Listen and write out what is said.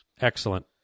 Excellent